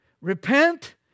repent